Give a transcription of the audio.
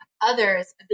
others